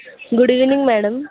good evening madam